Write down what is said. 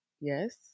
Yes